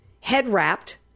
head-wrapped